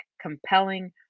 compelling